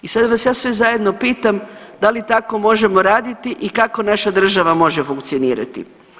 I sad vas ja sve zajedno pitam da li tako možemo raditi i kako naša država može funkcionirati?